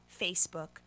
Facebook